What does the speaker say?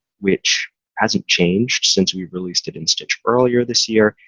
which hasn't changed since we'd released it in stitch earlier this year.